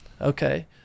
Okay